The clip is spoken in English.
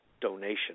donation